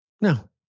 No